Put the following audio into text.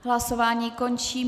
Hlasování končím.